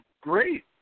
great